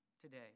today